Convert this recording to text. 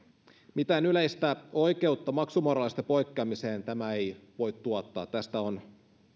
mitään yleistä oikeutta maksumoraalista poikkeamiseen tämä ei voi tuottaa tästä on